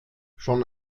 schon